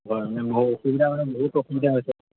মোৰ অসুবিধা মানে বহুত অসুবিধা হৈছে